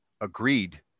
agreed